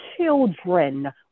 children